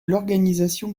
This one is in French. l’organisation